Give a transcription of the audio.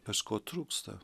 kažko trūksta